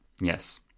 Yes